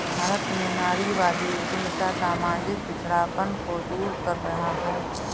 भारत में नारीवादी उद्यमिता सामाजिक पिछड़ापन को दूर कर रहा है